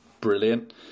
Brilliant